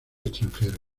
extranjero